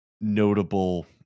notable